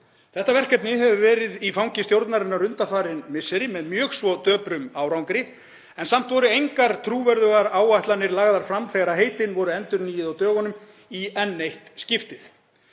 Þetta verkefni hefur verið í fangi stjórnarinnar undanfarin misseri með mjög svo döprum árangri en samt voru engar trúverðugar áætlanir lagðar fram þegar heitin voru endurnýjuð á dögunum í enn eitt skiptið.